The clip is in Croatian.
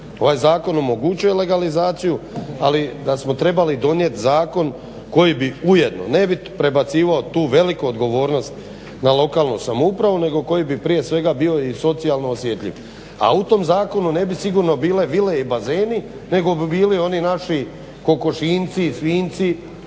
Ovaj zakon omogućuje legalizaciju, ali da smo trebali donijeti zakon koji bi ujedno ne bi prebacivao tu veliku odgovornost na lokalnu samoupravu, nego koji bi prije svega bio i socijalno osjetljiv. A u tom zakonu ne bi sigurno bile vile i bazeni, nego bi bili oni naši kokošinjci, svinjci,